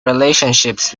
relationships